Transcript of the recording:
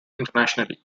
internationally